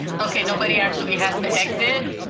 okay, nobody actually has to exit?